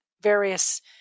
various